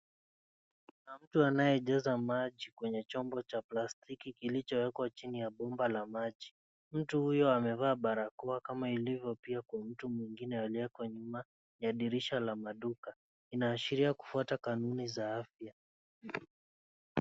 Kuna mtu anayejaza maji kwenye chombo cha plastiki, kilichowekwa chini ya bomba la maji .Mtu huyu amevaa barakoa kama ilivyo pia kwa huyu mtu mwingine aliyeoko nyuma ya madirisha la maduka. Inaashiria kufuata kanuni za afya.